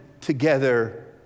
together